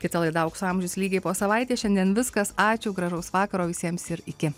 kita laida aukso amžius lygiai po savaitės šiandien viskas ačiū gražaus vakaro visiems ir iki